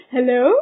Hello